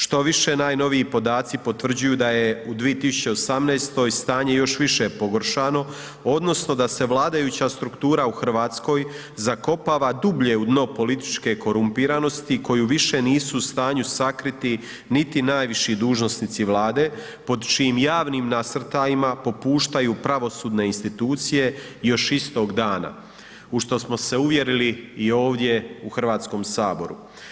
Štoviše najnoviji podaci potvrđuju da je u 2018. stanje još više pogoršano odnosno da se vladajuća struktura u Hrvatskoj zakopava dublje u dno političke korumpiranosti koju više nisu u stanju sakriti niti najviši dužnosnici Vlade pod čijim javnim nasrtajima popuštaju pravosudne institucije još istog dana u što smo se uvjerili i ovdje u Hrvatskom saboru.